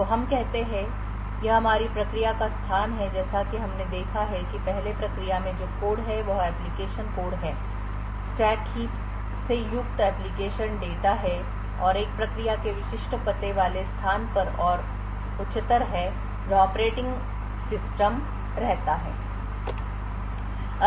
तो हम कहते हैं कि यह हमारी प्रक्रिया का स्थान है जैसा कि हमने देखा है कि पहले प्रक्रिया में जो कोड है कि वह एप्लीकेशन कोड है स्टैक हीप्स से युक्त एप्लिकेशन डेटा है और एक प्रक्रिया के विशिष्ट पते वाले स्थान पर और उच्चतर है जहां ऑपरेटिंग सिस्टम रहता है